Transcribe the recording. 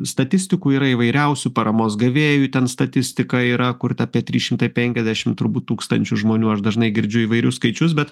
statistikų yra įvairiausių paramos gavėjų ten statistika yra kurti apie trys šimtai penkiasdešimt turbūt tūkstančių žmonių aš dažnai girdžiu įvairius skaičius bet